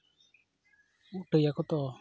ᱩᱴᱟᱹᱭᱟᱠᱚ ᱛᱚ